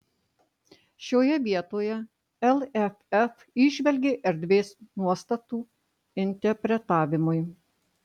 šioje vietoje lff įžvelgė erdvės nuostatų interpretavimui